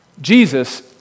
Jesus